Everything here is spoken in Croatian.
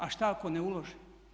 A šta ako ne uloži?